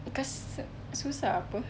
because susah apa